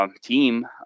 Team